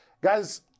Guys